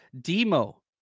Demo